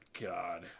God